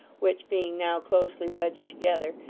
which, being now closely wedged together,